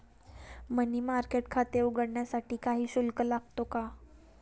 मनी market खाते उघडण्यासाठी काही शुल्क लागतो का?